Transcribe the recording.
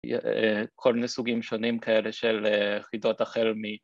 ‫כל מיני סוגים שונים כאלה ‫של חידות החל מ...